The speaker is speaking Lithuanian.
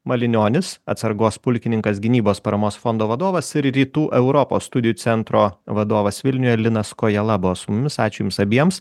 malijonis atsargos pulkininkas gynybos paramos fondo vadovas ir rytų europos studijų centro vadovas vilniuje linas kojala buvo su mumis ačiū jums abiems